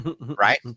right